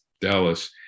Dallas